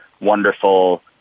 wonderful